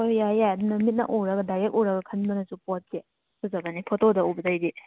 ꯍꯣꯏ ꯌꯥꯏ ꯌꯥꯏ ꯑꯗꯨꯅ ꯃꯤꯠꯅ ꯎꯔꯒ ꯗꯥꯏꯔꯦꯛ ꯎꯔꯒ ꯈꯟꯕꯅꯁꯨ ꯄꯣꯠꯁꯦ ꯐꯖꯒꯅꯤ ꯐꯣꯇꯣꯗ ꯎꯕꯗꯩꯗꯤ